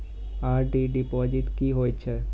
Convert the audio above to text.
RD deposit की होय छै?